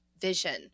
vision